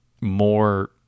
more